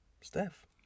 Steph